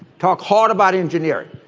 talk hard about engineering.